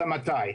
אלא מתי.